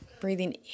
Breathing